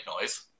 noise